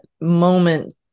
moment